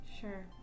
sure